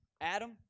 Adam